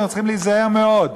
אנחנו צריכים להיזהר מאוד,